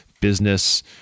business